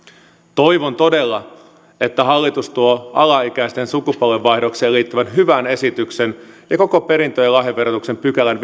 toivon todella että hallitus tuo alaikäisten sukupolvenvaihdokseen liittyvän hyvän esityksen ja koko perintö ja lahjaverotuksen viidennenkymmenennenviidennen pykälän